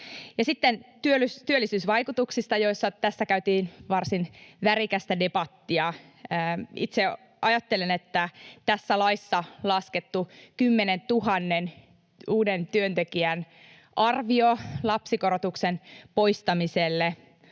sitten työllisyysvaikutuksista, joista käytiin varsin värikästä debattia. Itse ajattelen, että tässä laissa laskettu 10 000 uuden työntekijän arvio lapsikorotuksen poistamiselle